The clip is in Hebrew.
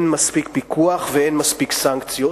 אין מספיק פיקוח ואין מספיק סנקציות.